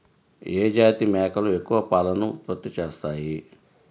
ఏ జాతి మేకలు ఎక్కువ పాలను ఉత్పత్తి చేస్తాయి?